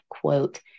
quote